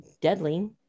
deadly